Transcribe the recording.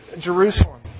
Jerusalem